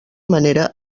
manera